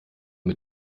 mit